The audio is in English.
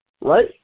right